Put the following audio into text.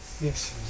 Yes